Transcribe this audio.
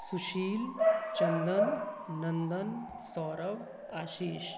Sushil Chandan Nandan Saurabh Ashish